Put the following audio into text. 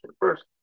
first